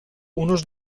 unos